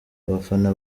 abafana